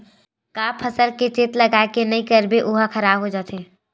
का फसल के चेत लगय के नहीं करबे ओहा खराब हो जाथे?